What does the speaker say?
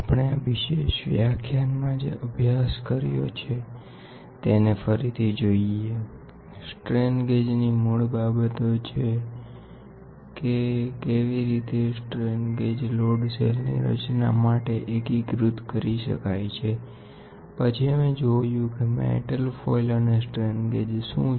આપણે આ વિશેષ વ્યાખ્યાનમાં જે અભ્યાસ કર્યો છે તેને ફરીથી જોઈએ સ્ટ્રેન ગેજની મૂળ બાબતો છે કે કેવી રીતે સ્ટ્રેન ગેજ લોડ સેલની રચના માટે એકીકૃત કરી શકાય છે પછી અમે જોયું કે મેટલ ફોઇલ અને સ્ટ્રેન ગેજ શું છે